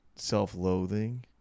self-loathing